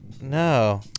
No